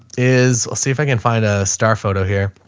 is, i'll see if i can find a star photo here.